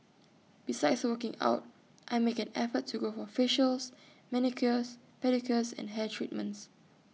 besides working out I make an effort to go for facials manicures pedicures and hair treatments